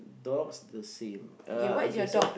dogs the same uh okay so